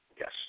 yes